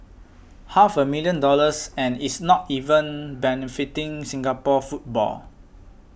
half a million dollars and it's not even benefiting Singapore football